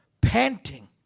panting